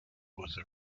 was